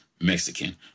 Mexican